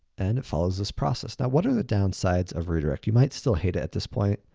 and it follows this process. now, what are the downsides of redirect? you might still hate it at this point.